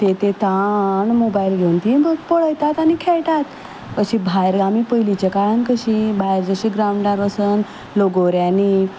ते ते ताण मोबायल घेवन तीं पळयतात आनी खेळटात अशीं भायर आमी पयलींच्या काळांत कशीं भायर जशीं ग्राउंडार वचन लगोऱ्यांनी